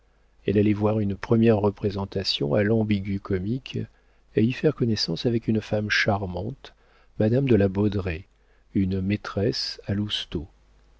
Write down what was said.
elle allait voir une première représentation à l'ambigu-comique et y faire connaissance avec une femme charmante madame de la baudraye une maîtresse